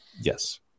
Yes